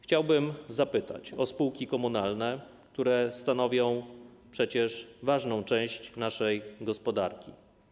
Chciałbym zapytać o spółki komunalne, które stanowią przecież ważną część naszej gospodarki.